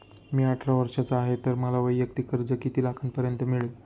मी अठरा वर्षांचा आहे तर मला वैयक्तिक कर्ज किती लाखांपर्यंत मिळेल?